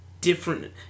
different